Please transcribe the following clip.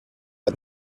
but